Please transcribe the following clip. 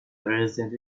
resident